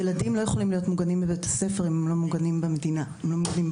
ילדים לא יכולים להיות מוגנים בבית הספר אם הם לא מוגנים במדינה ובחברה.